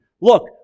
Look